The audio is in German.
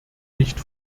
nicht